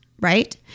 right